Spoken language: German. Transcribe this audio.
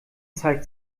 zeigt